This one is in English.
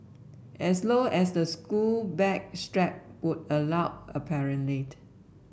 as low as the school bag strap would allow apparently